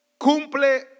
cumple